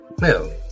no